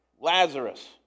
Lazarus